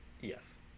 Yes